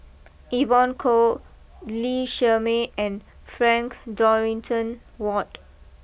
Evon Kow Lee Shermay and Frank Dorrington Ward